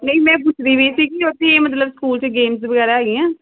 ਨਹੀਂ ਮੈਂ ਪੁੱਛਦੀ ਪਈ ਸੀ ਕਿ ਉੱਥੇ ਮਤਲਬ ਸਕੂਲ 'ਚ ਗੇਮਸ ਵਗੈਰਾ ਹੈਗੀਆਂ